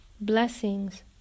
blessings